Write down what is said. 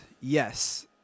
yes